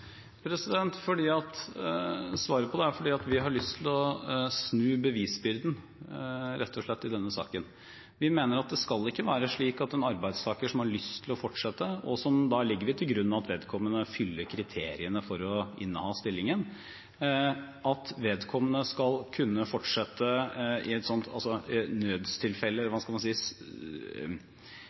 det er fordi vi rett og slett har lyst til å snu bevisbyrden i denne saken. Vi mener at det ikke skal være slik at en arbeidstaker som har lyst til å fortsette – og da legger vi til grunn at vedkommende fyller kriteriene for å inneha stillingen – skal kunne fortsette i et nødstilfelle, eller skal man si